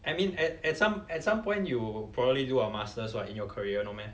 I mean at at some at some point you probably do a masters [what] in your career no meh